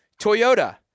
Toyota